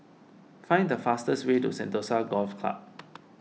find the fastest way to Sentosa Golf Club